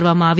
કરવામાં આવી